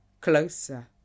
Closer